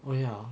oh ya